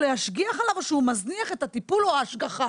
להשגיח עליו או שהוא מזניח את הטיפול או ההשגחה,